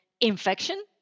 infection